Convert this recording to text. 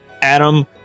Adam